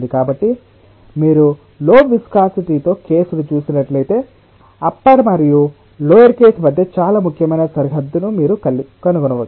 కాబట్టి మీరు లో విస్కాసిటి తో కేసును చూసినట్లయితే అప్పర్ మరియు లోయర్కేస్ మధ్య చాలా ముఖ్యమైన సరిహద్దును మీరు కనుగొనవచ్చు